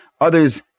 Others